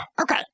Okay